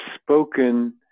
spoken